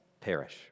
perish